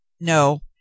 No